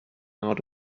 out